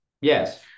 Yes